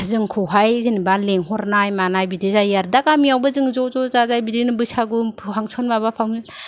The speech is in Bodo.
जोंखौहाय जेनबा लेंहरनाय मानाय बिदि जायो आरो दा गामिआवबो जों ज' ज' बिदिनो बैसागु फांसन माबा फांसन